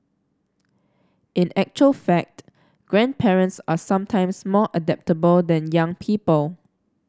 in actual fact grandparents are sometimes more adaptable than young people